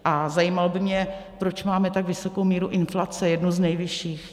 A zajímalo by mě, proč máme tak vysokou míru inflace, jednu z nejvyšších.